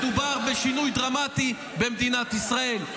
מדובר בשינוי דרמטי במדינת ישראל.